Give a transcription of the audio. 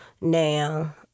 Now